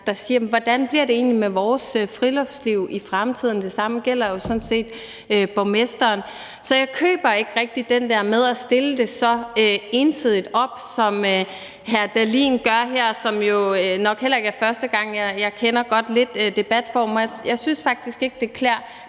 der spørger, hvordan det egentlig bliver med deres friluftsliv i fremtiden. Det samme gælder jo sådan set borgmesteren. Så jeg køber ikke rigtig den der med at stille det så ensidigt op, som hr. Dahlin gør her. Det er jo nok heller ikke første gang. Jeg kender godt lidt til debatformen. Jeg synes faktisk ikke, at det klæder